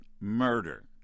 murder